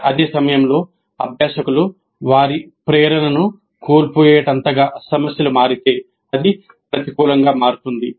అదే సమయంలో అభ్యాసకులు వారి ప్రేరణను కోల్పోయేంతగా సమస్యలు మారితే అది ప్రతికూలంగా మారుతుంది